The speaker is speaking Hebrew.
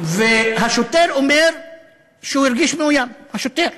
והשוטר אומר שהוא הרגיש מאוים, השוטר.